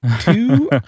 two